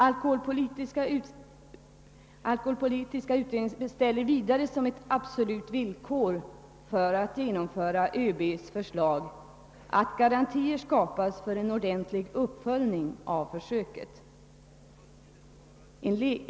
Alkoholpolitiska utredningen ställer vidare som ett absolut villkor för ett genomförande av ÖB:s förslag att garantier skapas för en ordentlig uppföljning av försöket.